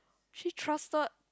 she trusted